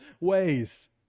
ways